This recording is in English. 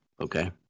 okay